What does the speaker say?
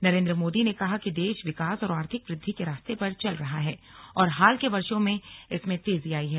नरेन्द्र मोदी ने कहा कि देश विकास और आर्थिक वृद्धि के रास्ते पर चल रहा है और हाल के वर्षो में इसमें तेजी आई है